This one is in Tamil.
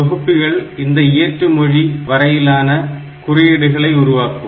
தொகுப்பிகள் இந்த இயற்று மொழி வரையிலான குறியீடுகளை உருவாக்கும்